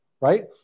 right